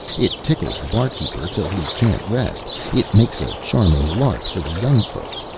it tickles the barkeeper till he can't rest, it makes a charming lark for the young folks,